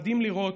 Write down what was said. מדהים לראות,